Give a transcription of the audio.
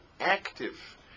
active